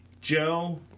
Joe